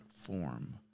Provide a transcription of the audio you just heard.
form